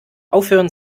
aufhören